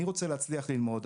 אני רוצה להצליח ללמוד.